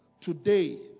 today